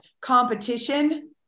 competition